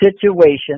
situation